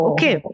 Okay